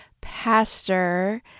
pastor